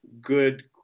good